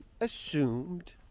assumed